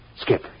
Skip